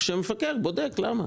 שהמפקח בודק למה.